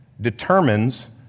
determines